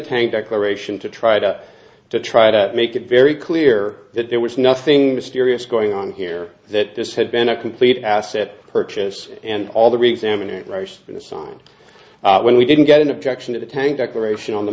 tank declaration to try to to try to make it very clear that there was nothing mysterious going on here that this had been a complete asset purchase and all the rigs emanate rush from the sun when we didn't get in objection to the tank declaration on the